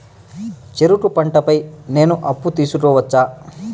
చెరుకు పంట పై నేను అప్పు తీసుకోవచ్చా?